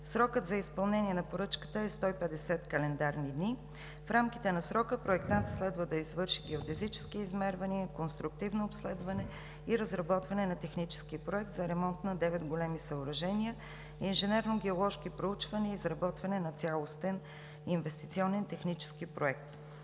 Срокът за изпълнение на поръчката е 150 календарни дни. В рамките на срока проектантът следва да извърши геодезически измервания, конструктивно обследване и разработване на Технически проект за ремонт на девет големи съоръжения, инженерно-геоложки проучвания и изработване на цялостен инвестиционен технически проект.